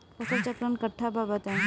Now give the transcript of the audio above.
फसल चक्रण कट्ठा बा बताई?